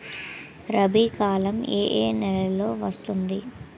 రబీ కాలం ఏ ఏ నెలలో వస్తుంది?